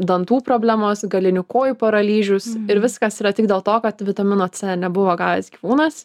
dantų problemos galinių kojų paralyžius ir viskas yra tik dėl to kad vitamino c nebuvo gavęs gyvūnas